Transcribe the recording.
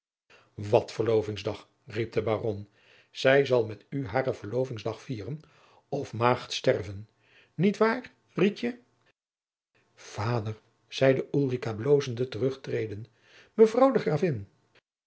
wat verlovingsdag riep de baron zij zal met u haren verlovingsdag vieren of maagd sterven niet waar riekje vader zeide ulrica blozend terugtredende mevrouw de gravin